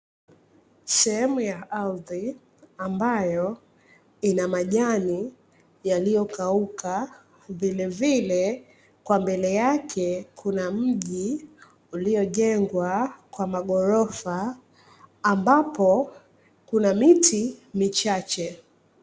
Sehemu ya ardhi ambayo ina majani yaliyokauka, vile vile pembeni yake kuna mji uliojengwa kwa maghorofa ambapo kuna miti michache.